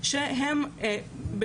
שהיא נקייה מהטרדות או פגיעות מיניות.